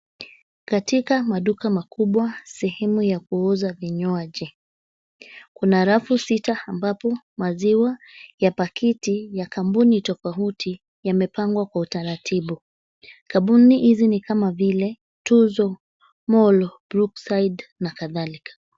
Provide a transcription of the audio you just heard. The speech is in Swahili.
Katika maduka makubwa sehemu ya kuuza vinywaji. Kuna rafu sita ambapo maziwa ya pakiti ya kampuni tofauti yamepangwa kwa utaratibu. Kampuni hizi ni kama vile Tuzo, Molo, Brookside na kadhalika.